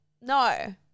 No